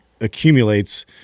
accumulates